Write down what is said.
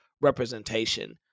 representation